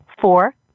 Four